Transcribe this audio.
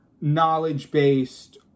knowledge-based